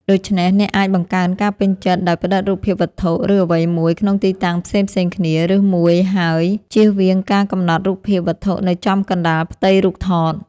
ដូច្នេះ អ្នកអាចបង្កើនការពេញចិត្ត ដោយផ្តិតរូបភាពវត្ថុ ឬអ្វីមួយក្នុងទីតាំងផ្សេងៗគ្នា ឬមួយ ហើយជៀសវាងការកំណត់រូបភាពវត្ថុនៅចំកណ្តាលផ្ទៃរូបថត។